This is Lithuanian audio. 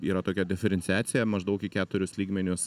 yra tokia diferenciacija maždaug į keturis lygmenius